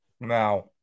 Now